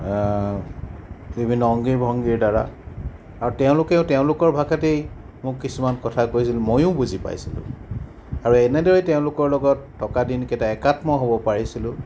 বিভিন্ন অংগী ভংগীৰ দ্বাৰা আৰু তেওঁলোকেও তেওঁলোকৰ ভাষাতেই মোক কিছুমান কথা কৈছিল মইও বুজি পাইছিলোঁ আৰু এনেদৰেই তেওঁলোকৰ লগত থকা দিনকেইটা একাত্ম হ'ব পাৰিছিলোঁ